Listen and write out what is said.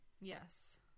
Yes